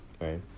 right